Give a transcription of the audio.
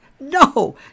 No